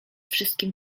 wszystkim